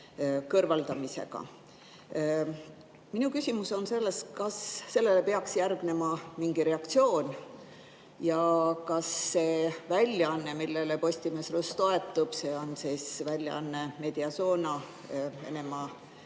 kõrvaldamises. Minu küsimus on selles, kas sellele peaks järgnema mingi reaktsioon. Ja kas see väljaanne, millele Postimees toetub – see väljaanne on Mediazona, Venemaa